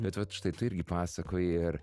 bet vat štai tu irgi pasakoji ir